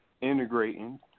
integrating